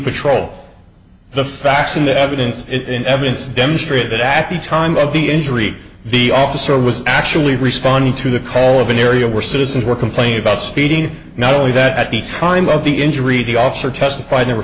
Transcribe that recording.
patrol the facts in the evidence in evidence demonstrate that at the time of the injury the officer was actually responding to the call of an area where citizens were complaining about speeding not only that at the time of the injury the officer testif